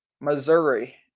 Missouri